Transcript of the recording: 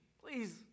Please